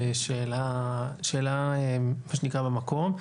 שאלה מה שנקרא במקום.